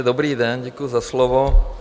Dobrý den, děkuji za slovo.